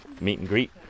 meet-and-greet